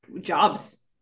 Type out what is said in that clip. jobs